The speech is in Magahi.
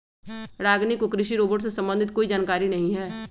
रागिनी को कृषि रोबोट से संबंधित कोई जानकारी नहीं है